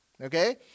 okay